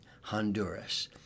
Honduras